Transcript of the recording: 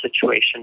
situation